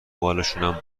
بالشونم